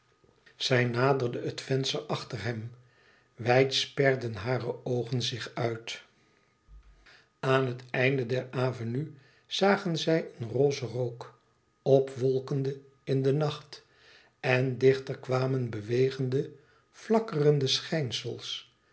zij naderde het venster achter hem wijd sperde hare oogen zich uit aan het einde der avenue zagen zij een rossen rook opwolkende in den nacht en dichter kwamen bewegende